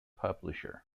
publisher